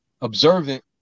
observant